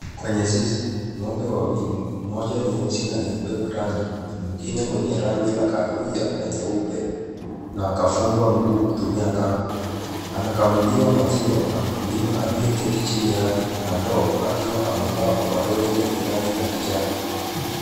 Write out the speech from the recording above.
Kwenye zizi, ng'ombe wawili. Moja nyeusi na nyeupe kwa rangi, mwingine mwenye rangi la kahawia na nyeupe, na akafungwa mguu kutumia kamba. Anakamuliwa maziwa na mkulima aliye keti chini yake, na ndoo akiwa amevaa ovaroli ya rangi ya kijani.